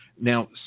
Now